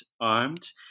armed